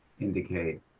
indicate